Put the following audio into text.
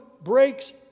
breaks